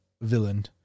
villain